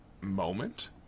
moment